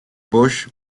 bush